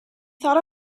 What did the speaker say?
thought